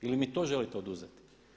Ili mi i to želite oduzeti?